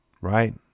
right